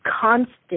constant